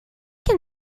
can